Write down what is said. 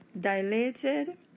dilated